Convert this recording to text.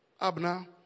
Abner